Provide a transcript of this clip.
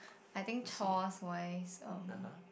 I think chores wise um